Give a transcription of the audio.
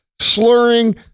slurring